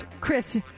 Chris